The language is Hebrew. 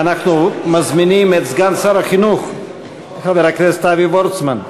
אנחנו מזמינים את סגן שר החינוך חבר הכנסת אבי וורצמן.